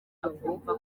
akumva